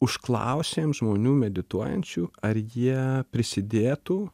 užklausėm žmonių medituojančių ar jie prisidėtų